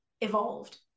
evolved